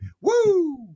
Woo